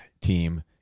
team